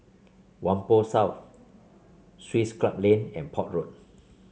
Whampoa South Swiss Club Lane and Port Road